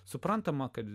suprantama kad